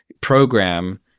program